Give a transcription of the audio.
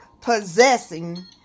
possessing